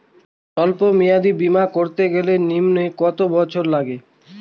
সল্প মেয়াদী বীমা করতে গেলে নিম্ন কত বছর লাগে?